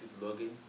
logging